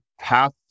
path